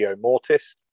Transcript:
Mortis